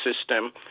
system